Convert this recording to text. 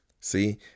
See